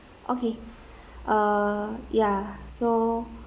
okay uh ya so